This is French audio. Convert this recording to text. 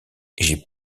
j’ai